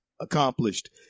accomplished